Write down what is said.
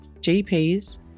GPs